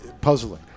puzzling